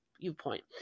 viewpoint